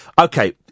Okay